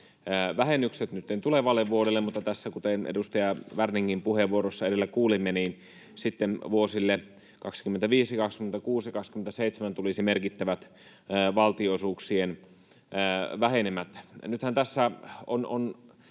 vähennykset nytten tulevalle vuodelle, mutta tässä, kuten edustaja Werningin puheenvuorossa edellä kuulimme, sitten vuosille 25, 26 ja 27 tulisivat merkittävät valtionosuuksien vähenemät. Nythän tässä on